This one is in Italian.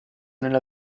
nella